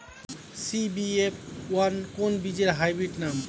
CBF one কোন বীজের hybrid নাম?